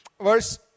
Verse